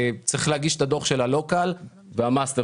כשצריך להגיש את הדוח של וה-master file.